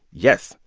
yes.